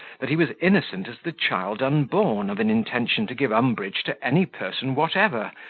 that he was innocent as the child unborn of an intention to give umbrage to any person whatever,